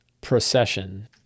procession